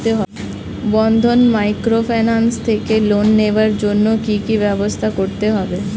বন্ধন microfinance থেকে loan নেওয়ার জন্য কি কি ব্যবস্থা করতে হবে?